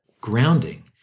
grounding